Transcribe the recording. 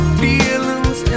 feelings